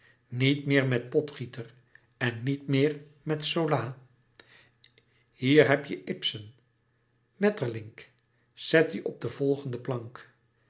niet meer met potgieter en niet meer met zola hier heb je ibsen maeterlinck zet die op de volgende plank